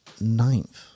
Ninth